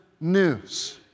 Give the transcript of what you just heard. news